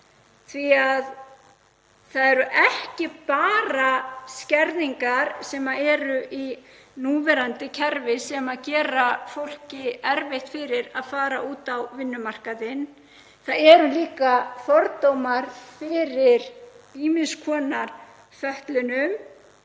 þess að það eru ekki bara skerðingar í núverandi kerfi sem gera fólki erfitt fyrir að fara út á vinnumarkaðinn heldur líka fordómar fyrir ýmiss konar fötlunum.